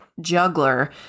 juggler